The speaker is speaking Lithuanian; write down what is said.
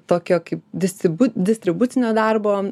tokio kaip distibu distribucinio darbo